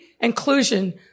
inclusion